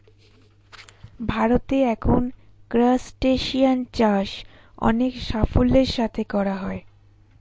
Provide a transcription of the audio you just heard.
ভারতে এখন ক্রাসটেসিয়ান চাষ অনেক সাফল্যের সাথে করা হয়